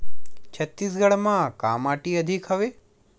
छत्तीसगढ़ म का माटी अधिक हवे?